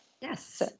Yes